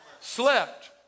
slept